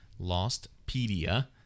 Lostpedia